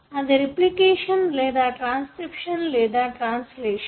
అది రిప్లికేషన్ లేదా ట్రాన్స్క్రిప్షన్ లేదా ట్రాన్సలేషన్